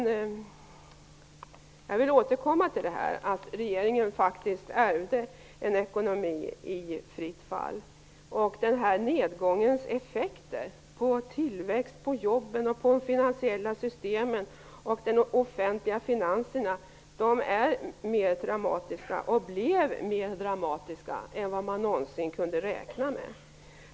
Jag vill återkomma till att regeringen faktiskt ärvde en ekonomi i fritt fall. Den nedgångens effekter på tillväxten, på jobben, på de finansiella systemen och de offentliga finanserna är mer dramatiska och blev mer dramatiska än man någonsin kunde räkna med.